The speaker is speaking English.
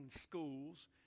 schools